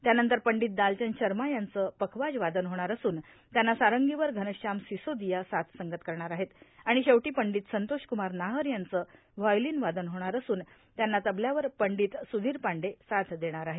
त्यानंतर पंडित दालचंद शर्मा यांचं पखवाज वादन होणार असून त्यांना सारंगीवर घनश्याम सिसोदिया साथ संगत करणार आहेत आणि शेवटी पंडित संतोषक्मार नाहर यांचं व्हायोलिन वादन होणार असून त्यांना तबल्यावर पंडित सुधीर पांडे साथ देणार आहेत